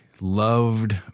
loved